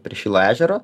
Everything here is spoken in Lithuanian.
prie šilo ežero